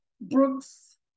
Brooks